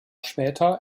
später